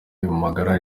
magara